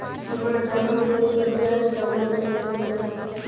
हमार जमा शेष पर ब्याज कवना दर से मिल ता?